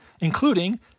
including